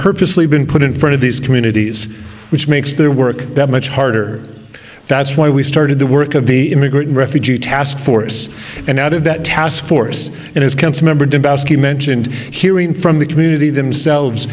purposely been put in front of these communities which makes their work that much harder that's why we started the work of the immigrant refugee taskforce and out of that task force and its member dombroski mentioned hearing from the community themselves